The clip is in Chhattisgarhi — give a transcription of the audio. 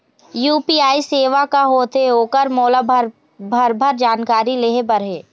यू.पी.आई सेवा का होथे ओकर मोला भरभर जानकारी लेहे बर हे?